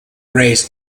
race